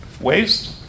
waste